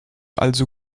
also